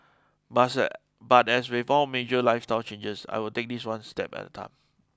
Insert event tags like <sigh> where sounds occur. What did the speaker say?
but <unintelligible> but as with all major lifestyle changes I'll take this one step at a time